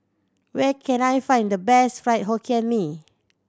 where can I find the best Fried Hokkien Mee